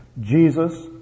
Jesus